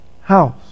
house